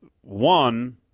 one